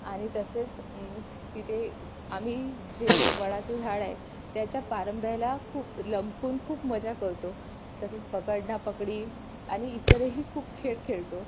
आणि तसेच तिथे आम्ही जे वडाचं झाड आहे त्याच्या पारंब्याला खूप लमकून खूप मजा करतो तसेंच पकडणा पकडी आणि इतरही खूप खेळ खेळतो